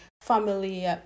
family